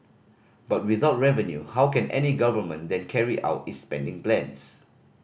but without revenue how can any government then carry out its spending plans